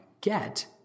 get